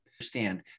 understand